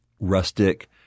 rustic